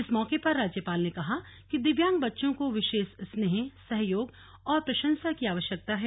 इस मौके पर राज्यपाल ने कहा कि दिव्यांग बच्चों को विशेष स्नेह सहयोग और प्रशंसा की आवश्यकता है